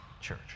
church